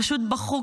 פשוט בכו,